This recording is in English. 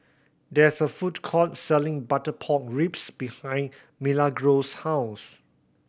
there's a food court selling butter pork ribs behind Milagros' house